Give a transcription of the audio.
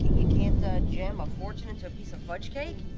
you can't and jam a fortune into a piece of fudge cake?